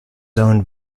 owned